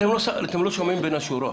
אתם לא שומעים בין השורות.